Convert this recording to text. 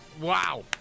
wow